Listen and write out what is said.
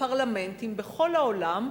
לפרלמנטים בכל העולם,